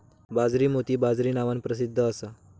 बाजरी मोती बाजरी नावान प्रसिध्द असा